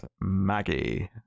Maggie